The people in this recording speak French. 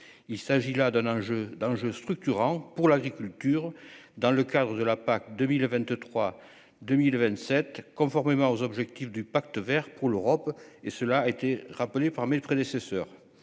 il s'agit là d'un enjeu d'enjeu structurant pour l'agriculture dans le cadre de la PAC 2023 2027 conformément aux objectifs du Pacte Vert pour l'Europe et cela a été rappelé par mail prédécesseurs